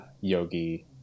yogi